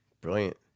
Brilliant